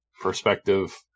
perspective